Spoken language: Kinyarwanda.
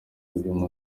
kagame